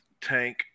Tank